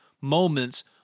moments